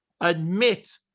admit